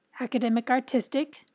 academic-artistic